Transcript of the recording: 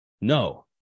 No